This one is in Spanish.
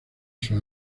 sus